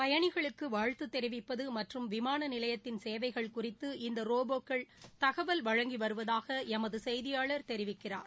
பயணிகளுக்குவாழ்த்துதெிவிப்பதுமற்றும் விமானநிலையத்தின் சேவைகள் குறித்து இந்தரோபோக்கள் தகவல் வழங்கிவருவதாகஎமதுசெய்தியாளர் தெரிவிக்கிறார்